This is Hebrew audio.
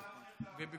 על מתן כהנא,